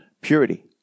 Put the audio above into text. purity